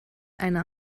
eine